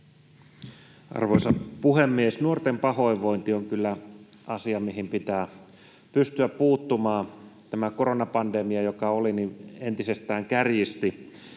Arvoisa puhemies! Nuorten pahoinvointi on kyllä asia, mihin pitää pystyä puuttumaan. Tämä koronapandemia, joka oli, entisestään kärjisti